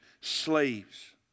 slaves